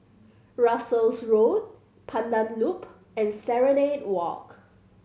Russels Road Pandan Loop and Serenade Walk